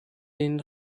den